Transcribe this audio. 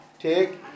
take